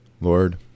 Lord